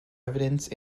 evidence